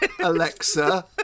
Alexa